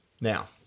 Now